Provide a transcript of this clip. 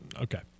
Okay